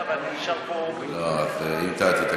כי אני צריך ללכת לראש הממשלה, ואני נשאר פה, לא.